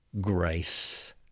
grace